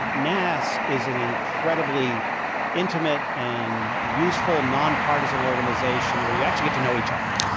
nass is an incredibly intimate and useful nonpartisan organization where you actually get to know each other.